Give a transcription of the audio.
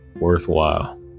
worthwhile